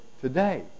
today